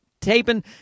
taping